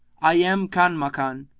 i am kanmakan,